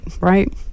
right